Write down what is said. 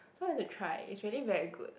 so I went to try is really very good